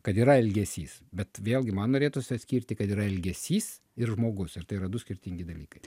kad yra elgesys bet vėlgi man norėtųsi atskirti kad yra elgesys ir žmogus ir tai yra du skirtingi dalykai